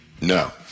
No